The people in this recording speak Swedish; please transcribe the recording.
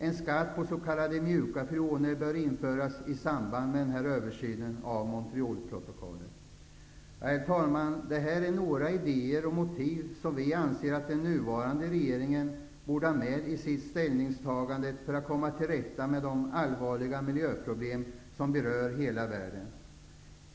En skatt på s.k. mjuka freoner bör införas i samband med översynen av Montrealprotokollet. Herr talman! Det här är några idéer och motiv som vi anser att den nuvarande regeringen borde ha med i sitt ställningstagande för att komma till rätta med de allvarliga miljöproblem som berör hela världen.